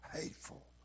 hateful